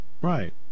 Right